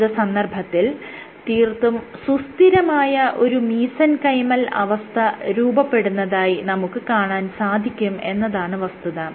പ്രസ്തുത സന്ദർഭത്തിൽ തീർത്തും സുസ്ഥിരമായ ഒരു മീസെൻകൈമൽ അവസ്ഥ രൂപപ്പെടുന്നതായി നമുക്ക് കാണാൻ സാധിക്കും എന്നതാണ് വസ്തുത